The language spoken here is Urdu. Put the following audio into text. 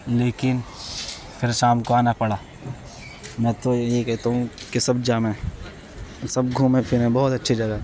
لیکن پھر شام کو آنا پڑا میں تو یہی کہتا ہوں کہ سب جائیں سب گھومیں پھریں بہت اچھی جگہ